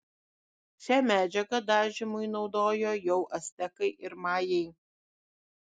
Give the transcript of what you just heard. šią medžiagą dažymui naudojo jau actekai ir majai